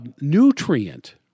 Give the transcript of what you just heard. nutrient